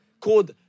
called